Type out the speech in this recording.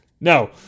No